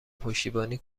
پشتیبانی